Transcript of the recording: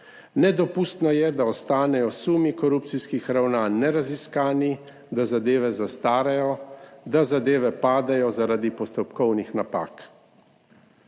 Nedopustno je, da ostanejo sumi korupcijskih ravnanj neraziskani, da zadeve zastarajo, da zadeve padejo zaradi postopkovnih napak.